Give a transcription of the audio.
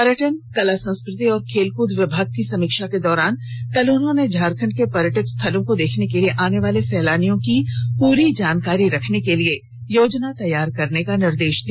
पर्यटन कला संस्कृति और खेलकूद विभाग की समीक्षा के दौरान कल उन्होंने झारखंड के पर्यटक स्थलों को देखने के लिए आनेवाले र्सेलानियों की पूरी जानकारी रखने के लिए योजना तैयार करने का निर्देश दिया